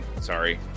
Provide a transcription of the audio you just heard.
Sorry